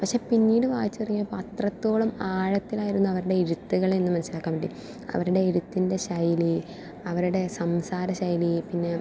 പക്ഷെ പിന്നീട് വായിച്ച് തുടങ്ങിയപ്പോൾ അത്രത്തോളം ആഴത്തിലായിരുന്നു അവരുടെ എഴുത്തുകളെന്ന് മനസ്സിലാക്കാൻ പറ്റി അവരുടെ എഴുത്തിൻ്റെ ശൈലി അവരുടെ സംസാര ശൈലി പിന്നെ